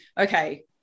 Okay